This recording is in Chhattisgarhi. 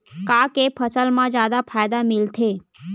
का के फसल मा जादा फ़ायदा मिलथे?